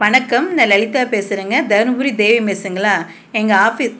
வணக்கம் நான் லலிதா பேசுகிறேங்க தர்மபுரி தேவி மெஸ்ஸுங்களா எங்கள் ஆஃபி